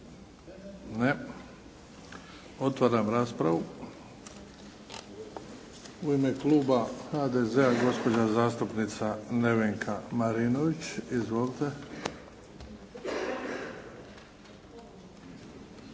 Ne. Otvaram raspravu. U ime kluba HDZ-a, gospođa zastupnica Nevenka Marinović. Izvolite.